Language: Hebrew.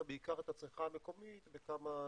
הצריכה המקומית בכמה היבטים.